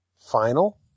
Final